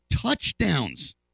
touchdowns